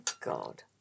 God